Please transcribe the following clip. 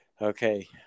Okay